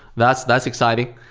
that's that's exciting.